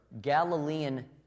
Galilean